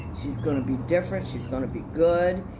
she's gonna be different. she's gonna be good.